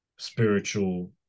spiritual